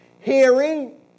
hearing